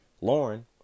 Lauren